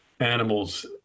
animals